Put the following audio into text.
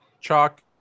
chalk